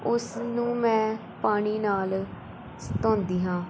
ਉਸ ਨੂੰ ਮੈਂ ਪਾਣੀ ਨਾਲ ਸ ਧੋਂਦੀ ਹਾਂ